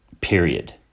Period